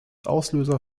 auslöser